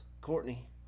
Courtney